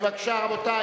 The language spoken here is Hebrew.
רבותי,